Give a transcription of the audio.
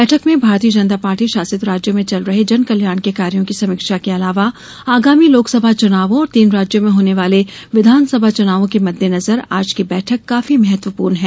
बैठक में भारतीय जनता पार्टी शासित राज्यों में चल रहे जन कल्याण के कार्यों की समीक्षा के अलावा आगामी लोकसभा चूनावों और तीन राज्यों में होने वाले विधानसभा चूनावों के मद्देनजर आज की बैठक काफी महत्वपूर्ण है